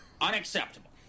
Unacceptable